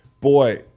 Boy